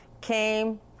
came